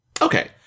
Okay